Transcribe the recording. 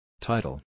Title